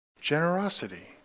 Generosity